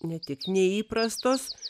ne tik neįprastos